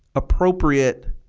appropriate